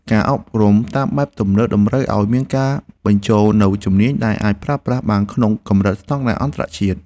ការអប់រំតាមបែបទំនើបតម្រូវឱ្យមានការបញ្ចូលនូវជំនាញដែលអាចប្រើប្រាស់បានក្នុងកម្រិតស្តង់ដារអន្តរជាតិ។